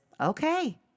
okay